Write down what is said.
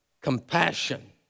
compassion